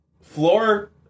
Floor